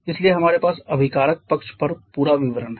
इसलिए हमारे पास अभिकारक पक्ष पर पूरा विवरण है